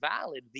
valid